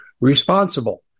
responsible